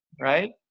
Right